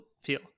Feel